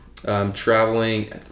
traveling